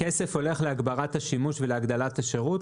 הכסף הולך להגברת השימוש ולהגדלת השירות.